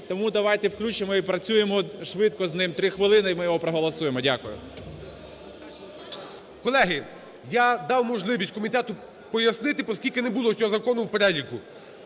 Тому давайте включимо і працюємо швидко з ним 3 хвилини, і ми його проголосуємо. Дякую. ГОЛОВУЮЧИЙ. Колеги, я дав можливість комітету пояснити, оскільки не було цього закону в переліку.